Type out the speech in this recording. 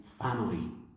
family